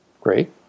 Great